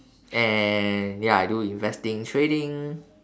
and ya I do investing trading